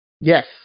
Yes